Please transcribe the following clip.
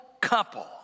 couple